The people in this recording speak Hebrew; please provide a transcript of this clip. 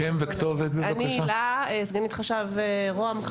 אני סגנית חשב ראש הממשלה,